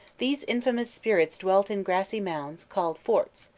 these infamous spirits dwelt in grassy mounds, called forts,